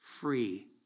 free